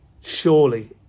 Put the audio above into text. Surely